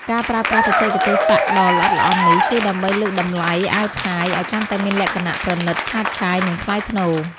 ការប្រើប្រាស់បច្ចេកទេសប៉ាក់ដ៏ល្អិតល្អន់នេះ គឺដើម្បីលើកតម្លៃអាវផាយឱ្យកាន់តែមានលក្ខណៈ ប្រណិត ឆើតឆាយ និងថ្លៃថ្នូរ។